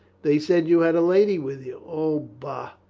they said you had a lady with you. o, bah,